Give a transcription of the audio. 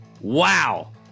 Wow